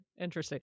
interesting